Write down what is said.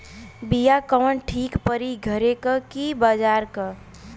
बिया कवन ठीक परी घरे क की बजारे क?